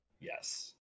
Yes